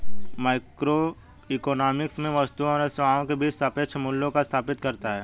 microeconomics में वस्तुओं और सेवाओं के बीच सापेक्ष मूल्यों को स्थापित करता है